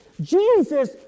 Jesus